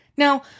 Now